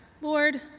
Lord